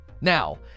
Now